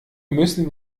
müssen